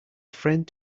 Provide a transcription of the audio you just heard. friend